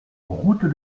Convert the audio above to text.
route